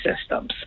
systems